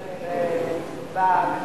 האבטלה בפריפריה היא 2% יותר מהממוצע.